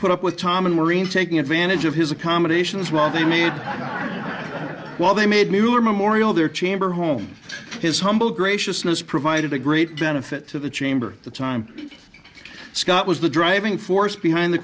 put up with tom and maureen taking advantage of his accommodations while they made while they made me were morial their chamber home his humble graciousness provided a great benefit to the chamber that time scott was the driving force behind the